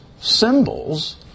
symbols